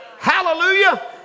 Hallelujah